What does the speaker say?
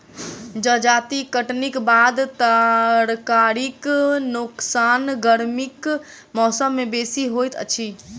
जजाति कटनीक बाद तरकारीक नोकसान गर्मीक मौसम मे बेसी होइत अछि